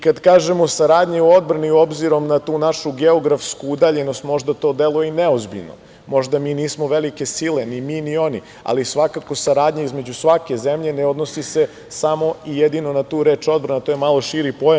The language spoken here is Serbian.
Kad kažemo saradnja u odbrani, obzirom na tu našu geografsku udaljenost možda to deluje i neozbiljno, možda mi nismo velike sile, ni mi ni oni, ali svakako saradnja između svake zemlje ne odnosi se samo i jedino na tu reč – odbrana, to je malo širi pojam.